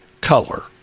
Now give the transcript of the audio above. color